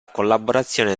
collaborazione